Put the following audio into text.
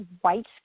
white